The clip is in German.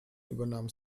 übernahm